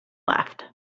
left